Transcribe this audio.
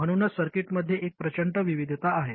म्हणूनच सर्किट्समध्ये एक प्रचंड विविधता आहे